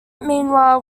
meanwhile